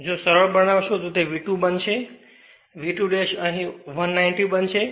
જો સરળ બનાવશો તો તે V2 બનશે V2 અહી 190 બનશે